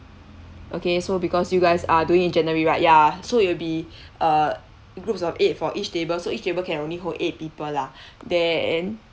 okay so because you guys are doing in january right ya so it'll be err groups of eight for each table so each cable can only hold eight people lah then